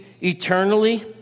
eternally